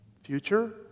Future